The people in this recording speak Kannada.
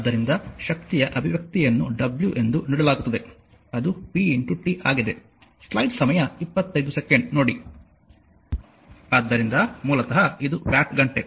ಆದ್ದರಿಂದ ಶಕ್ತಿಯ ಅಭಿವ್ಯಕ್ತಿಯನ್ನು w ಎಂದು ನೀಡಲಾಗುತ್ತದೆ ಅದು p t ಆಗಿದೆ ಆದ್ದರಿಂದ ಮೂಲತಃ ಇದು ವ್ಯಾಟ್ ಗಂಟೆ